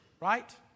Right